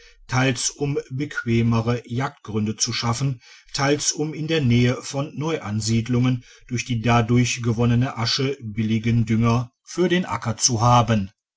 teils um bequemere jagdgründe zu schaffen teils um in der nähe von neuansiedlungen durch die dadurch gewonnene asche billigen dünger für digitized by google den acker zu haben